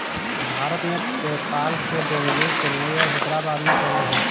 भारत में, पेपाल के बेंगलुरु, चेन्नई और हैदराबाद में केंद्र हैं